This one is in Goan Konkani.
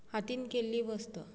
हातीन केल्ली वस्त